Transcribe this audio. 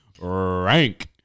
Rank